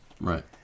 Right